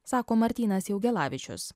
sako martynas jaugelavičius